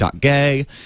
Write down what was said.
.gay